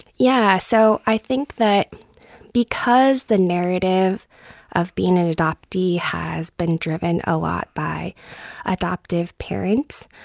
yeah, so i think that because the narrative of being an adoptee has been driven a lot by adoptive parents,